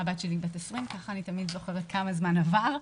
הבת שלי בת 20, כך אני תמיד זוכרת כמה זמן עבר.